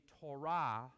Torah